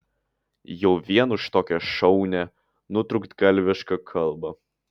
jau vien už tokią šaunią nutrūktgalvišką kalbą